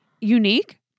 unique